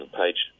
page